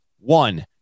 one